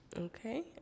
Okay